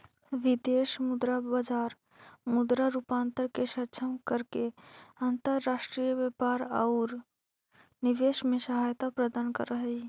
विदेश मुद्रा बाजार मुद्रा रूपांतरण के सक्षम करके अंतर्राष्ट्रीय व्यापार औउर निवेश में सहायता प्रदान करऽ हई